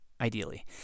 ideally